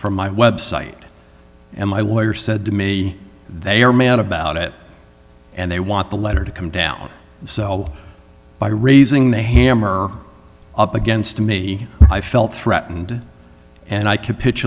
from my website and my lawyer said to me they are man about it and they want the letter to come down so by raising the hammer up against me i felt threatened and i